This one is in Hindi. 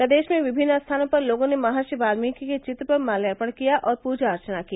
प्रदेश में विभिन्न स्थानों पर लोगों ने महर्षि वाल्मीकि के चित्र पर मात्यार्पण किया और पूजा अर्चना की